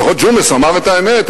לפחות ג'ומס אמר את האמת.